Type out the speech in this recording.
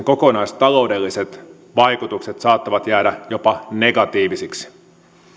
kokonaistaloudelliset vaikutukset saattavat jäädä jopa negatiivisiksi